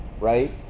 right